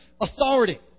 authority